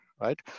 right